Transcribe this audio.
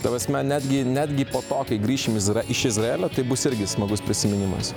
ta prasme netgi netgi po to kai grįšim izra iš izraelio tai bus irgi smagus prisiminimas